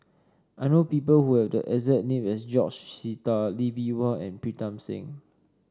I know people who have the exact name as George Sita Lee Bee Wah and Pritam Singh